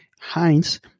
Heinz